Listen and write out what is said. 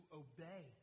obey